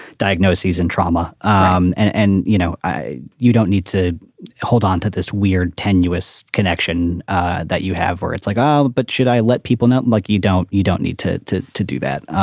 diagnoses and trauma. um and, you know, i. you don't need to hold onto this weird, tenuous connection ah that you have or it's like. um but should i let people know, like you don't. you don't need to to do that